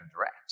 direct